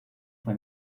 fue